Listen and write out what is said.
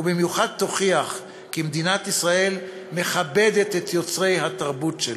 ובמיוחד תוכיח כי מדינת ישראל מכבדת את יוצרי התרבות שלה,